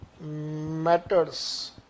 matters